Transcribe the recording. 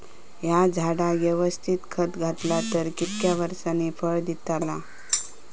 हया झाडाक यवस्तित खत घातला तर कितक्या वरसांनी फळा दीताला?